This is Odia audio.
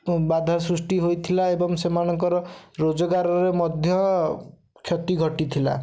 ବାଧା ସୃଷ୍ଟି ହୋଇଥିଲା ଏବଂ ସେମାନଙ୍କର ରୋଜଗାରରେ ମଧ୍ୟ କ୍ଷତି ଘଟିଥିଲା